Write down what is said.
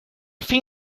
fin